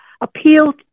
appeal